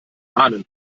ahnen